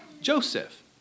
Joseph